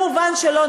מובן שלא.